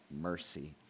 mercy